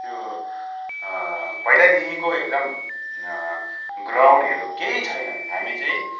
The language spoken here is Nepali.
त्यो पहिलादेखिको एकदम ग्राउन्डहरू केही छैन हामी चाहिँ